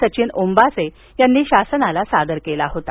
सचिन ओम्बासे यांनी शासनाला सादर केला होता